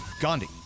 Gandhi